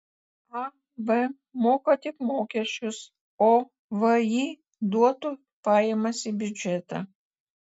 ab moka tik mokesčius o vį duotų pajamas į biudžetą